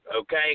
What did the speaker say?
okay